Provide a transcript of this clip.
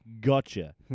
gotcha